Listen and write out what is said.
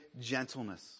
gentleness